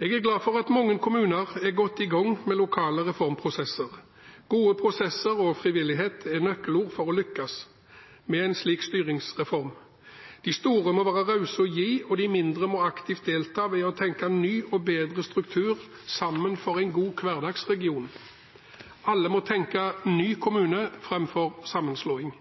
Jeg er glad for at mange kommuner er godt i gang med lokale reformprosesser. Gode prosesser og frivillighet er nøkkelord for å lykkes med en slik styringsreform. De store må være rause og gi, og de mindre må aktivt delta ved å tenke ny og bedre struktur sammen for en god hverdagsregion. Alle må tenke ny kommune framfor sammenslåing.